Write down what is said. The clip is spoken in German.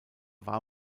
war